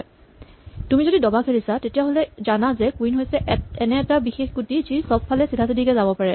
যদি তুমি দবা খেলিছা তেতিয়াহ'লে জানা যে কুইন হৈছে এনে এটা বিশেষ গুটি যি চবফালে চিধা চিধি কে যাব পাৰে